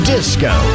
Disco